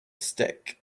stick